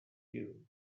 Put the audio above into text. you